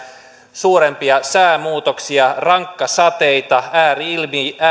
suurempia säämuutoksia rankkasateita ääri ilmiöitä